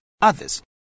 others